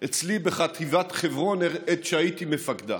אצלי בחטיבת חברון עת הייתי מפקדה.